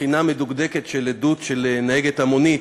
בחינה מדוקדקת של עדות נהגת המונית,